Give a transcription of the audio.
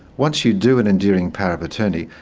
once you do an enduring power of attorney,